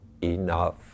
enough